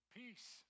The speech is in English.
peace